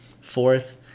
Fourth